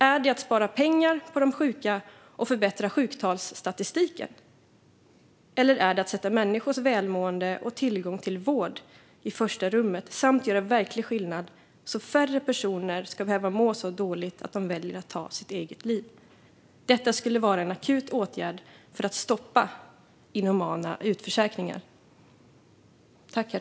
Är det att spara pengar på de sjuka och förbättra sjuktalsstatistiken, eller är det att sätta människors välmående och tillgång till vård i första rummet samt göra verklig skillnad så att färre personer ska behöva må så dåligt att de väljer att ta sitt eget liv? Detta skulle vara en akut åtgärd för att stoppa inhumana utförsäkringar.